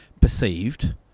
perceived